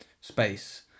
space